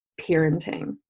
parenting